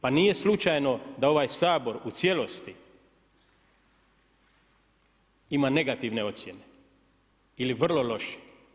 Pa nije slučajno da ovaj Sabor u cijelosti ima negative ocjene ili vrlo loše.